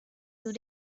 two